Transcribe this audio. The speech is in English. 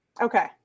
Okay